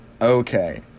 okay